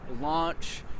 launch